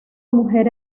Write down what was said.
mujer